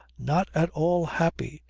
not at all happy,